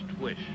wish